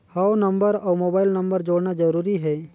हव नंबर अउ mobile number जोड़ना जरूरी हे?